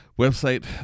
website